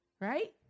Right